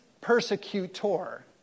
persecutor